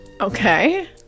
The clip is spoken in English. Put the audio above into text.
Okay